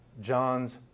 John's